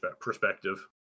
perspective